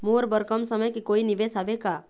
मोर बर कम समय के कोई निवेश हावे का?